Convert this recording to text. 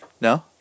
No